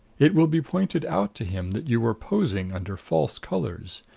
it will be pointed out to him that you were posing under false colors.